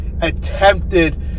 attempted